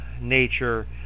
nature